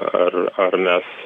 ar ar mes